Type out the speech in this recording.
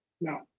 No